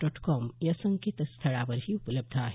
dot com या संकेतस्थळावरही उपलब्ध आहे